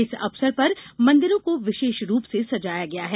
इस अवसर पर मंदिरों को विशेष रूप से सजाया गया है